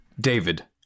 David